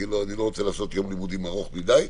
כי אני לא רוצה לעשות יום לימודים ארוך מדי.